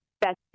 best